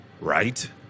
Right